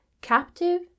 captive